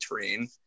terrain